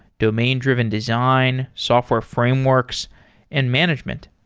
domain-driven design, software frameworks and management.